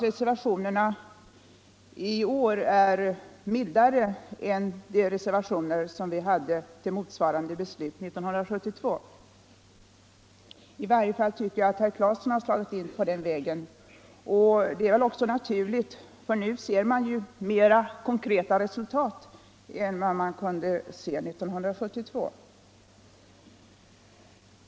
Reservationerna i år är mildare än de reservationer som fanns till motsvarande beslut år 1972; i varje fall tycker jag att herr Claeson har slagit in på den vägen. Det är väl också naturligt, för nu ser man mer konkreta resultat än 1972.